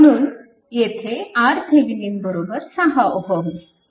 म्हणूनच येथे RThevenin 6 Ω